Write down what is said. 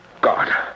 God